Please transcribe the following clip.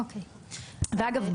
אגב,